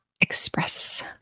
Express